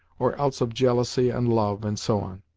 or else of jealousy and love, and so on.